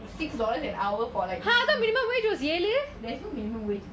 six dollars an hour for like there's no minimum wage